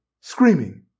screaming